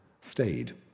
stayed